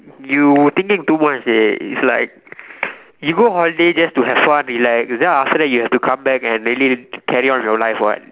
you thinking too much dey is like you go holidays just to have fun relax then after that you have to come back and really carry on with your life what